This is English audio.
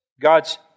God's